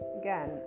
again